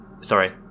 sorry